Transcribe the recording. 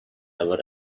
ever